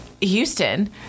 Houston—